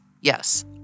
Yes